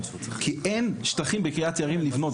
כי אין שטחים בקריית יערים לבנות,